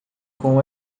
com